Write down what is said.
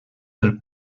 del